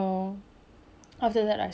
and I feel like it wasn't a need anymore